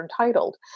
entitled